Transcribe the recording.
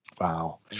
Wow